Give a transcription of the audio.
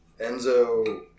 Enzo